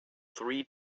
three